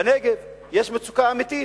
בנגב יש מצוקה אמיתית,